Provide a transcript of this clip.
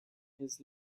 his